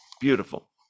Beautiful